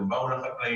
הם באו לחקלאים,